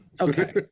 Okay